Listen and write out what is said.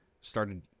started